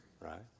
right